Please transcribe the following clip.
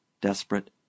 desperate